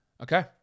Okay